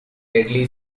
deadly